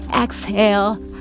exhale